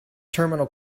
terminal